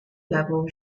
level